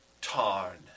Tarn